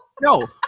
no